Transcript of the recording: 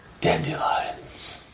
Dandelions